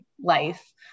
life